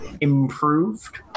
improved